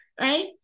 right